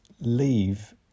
leave